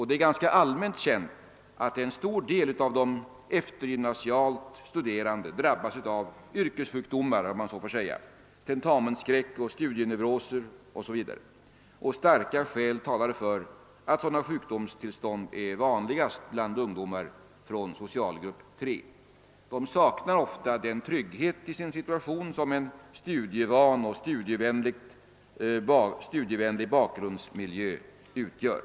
Det är ganska allmänt känt att en stor del av de eftergymnasialt studerande drabbas av >yrkessjukdomar», d.v.s. tentamensskräck, studieneuroser o.s.v. Starka skäl talar för att sådana sjukdomstillstånd är vanligast bland ungdomar från socialgrupp 3. De saknar ofta den trygghet i sin situation som en studievan och studievänlig bakgrundsmiljö utgör.